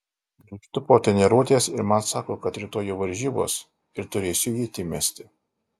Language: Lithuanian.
grįžtu po treniruotės ir man sako kad rytoj jau varžybos ir turėsiu ietį mesti